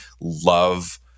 love